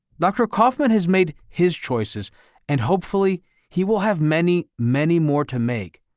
dr. koffman has made his choices and hopefully he will have many, many more to make.